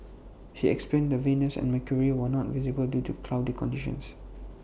he explained that Venus and mercury were not visible due to cloudy conditions